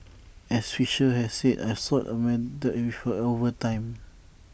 as Fisher had said I've sort of melded with her over time